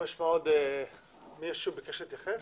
יש מישהו שרוצה להתייחס?